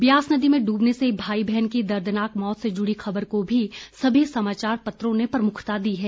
ब्यास नदी में डूबने से भाई बहन की दर्दनाक मौत से जुड़ी खबर को भी सभी समाचार पत्रों ने प्रमुखता दी है